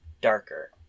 darker